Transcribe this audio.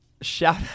shout